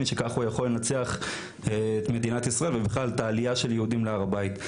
שככה אפשר לנצח את מדינת ישראל ואת עליית היהודים להר הבית.